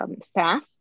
staff